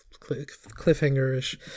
cliffhanger-ish